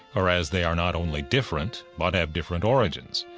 whereas they are not only different but have different origins.